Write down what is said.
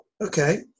okay